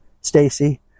Stacy